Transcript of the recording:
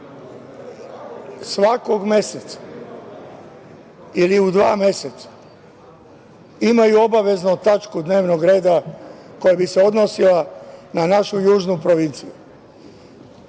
svakog meseca ili u dva meseca imaju obaveznu tačku dnevnog reda koja bi se odnosila na našu južnu provinciju? Nema